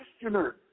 questioner